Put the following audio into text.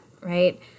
right